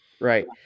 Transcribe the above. Right